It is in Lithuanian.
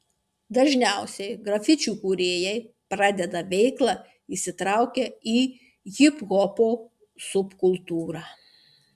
dažniausiai grafičių kūrėjai pradeda veiklą įsitraukę į hiphopo subkultūrą